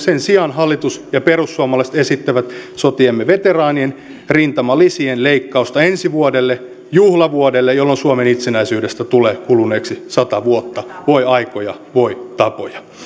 sen sijaan hallitus ja perussuomalaiset esittävät sotiemme veteraanien rintamalisien leikkausta ensi vuodelle juhlavuodelle jolloin suomen itsenäisyydestä tulee kuluneeksi sata vuotta voi aikoja voi tapoja